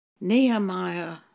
Nehemiah